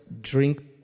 drink